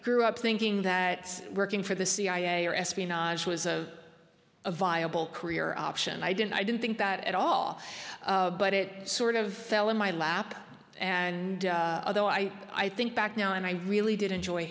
grew up thinking that working for the cia or espionage was a viable career option i didn't i didn't think that at all but it sort of fell in my lap and although i i think back now and i really did enjoy